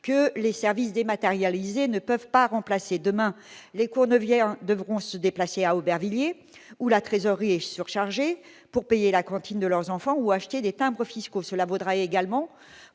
que les services dématérialisés ne peuvent pas remplacer. Demain, les Courneuviens devront se déplacer à Aubervilliers, où la trésorerie est surchargée, pour payer la cantine de leurs enfants ou acheter des timbres fiscaux. Cela vaudra également